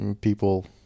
People